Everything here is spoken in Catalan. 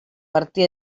martí